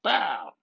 Bow